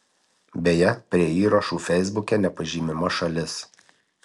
beje prie įrašų feisbuke nepažymima šalis